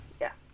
Yes